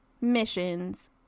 missions